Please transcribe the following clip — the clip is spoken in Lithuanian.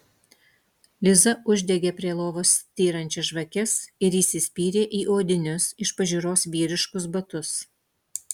liza uždegė prie lovos styrančias žvakes ir įsispyrė į odinius iš pažiūros vyriškus batus